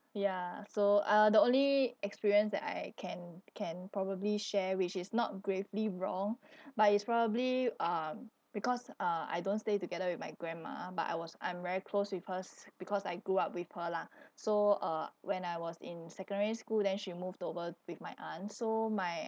ya so uh the only experience that I can can probably share which is not gravely wrong but it's probably um because uh I don't stay together with my grandma but I was I'm very close with hers because I grew up with her lah so uh when I was in secondary school then she moved over with my aunt so my